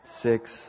six